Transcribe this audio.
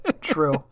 true